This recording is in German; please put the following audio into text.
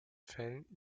fällen